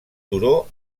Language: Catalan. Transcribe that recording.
turó